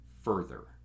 further